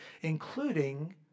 including